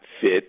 fit